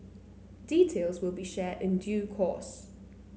details will be shared in due course